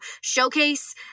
Showcase